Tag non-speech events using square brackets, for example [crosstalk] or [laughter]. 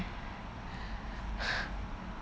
[breath]